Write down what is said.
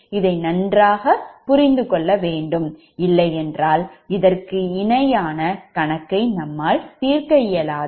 இதை நன்றாகப் புரிந்து கொள்ள வேண்டும் இல்லை என்றால் இதற்கு இணையான கணக்கை நம்மால் தீர்க்க இயலாது